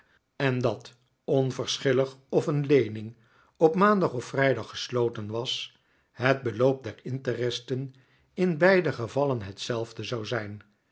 en dat onverschillig of een leening op maandag of op vrijdag gesloten was het beloop der interesten in beide gevallen hetzelfde zou zijn